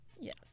Yes